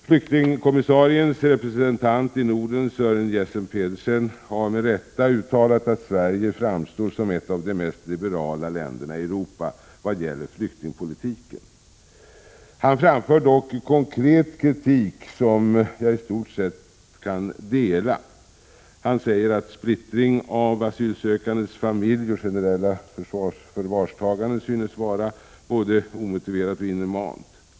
Flyktingkommissariens representant i Norden, Sören Jessen-Petersen, har med rätta uttalat att Sverige framstår som ett av de mest liberala länderna i Europa i vad gäller flyktingpolitiken. Han framför dock konkret kritik, som jagistort sett kan dela. Han säger att splittringen av den asylsökandes familj och det generella förvarstagandet synes både omotiverat och inhumant.